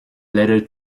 later